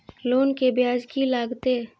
Loan के ब्याज की लागते?